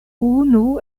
unu